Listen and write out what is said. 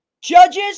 Judges